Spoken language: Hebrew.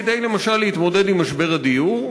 כדי למשל להתמודד עם משבר הדיור,